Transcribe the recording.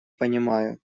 понимаю